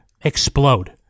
explode